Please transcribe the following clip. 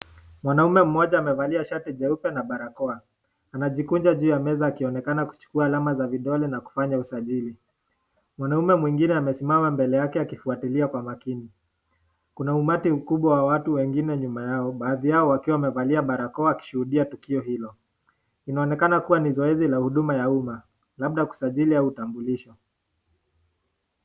Mwanaume mmoja amevalia shati jeupd na barakoa. Anajikunja juu ya meza akionekana kuchukua alama za vidole na kufanya usajili. Mwanaume mwingine amesimama mbele yake akifuatilia kwa makini. Kuna umati mkubwa wa watu wengine nyuma yao. Baadhi yao wakiwa wamevalia barakoa wakishuhudia tukio hilo. Inaonekana kuwa ni zoezi la huduma ya uma. Labda kusajili au utambulisho.